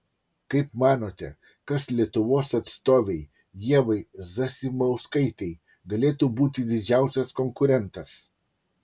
kaip manote kas lietuvos atstovei ievai zasimauskaitei galėtų būti didžiausias konkurentas